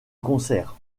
concert